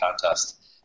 Contest